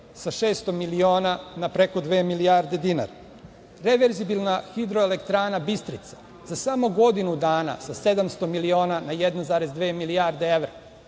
sa 600 miliona na preko dve milijarde dinara, reverzibilna hidroelektrana „Bisrica“ za samo godinu dana sa 700 miliona na 1,2 milijarde evra,